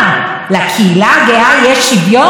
הם יכולים להינשא פה בארץ?